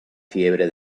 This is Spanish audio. fiebre